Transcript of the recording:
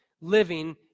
living